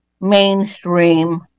mainstream